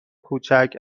کوچک